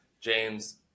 James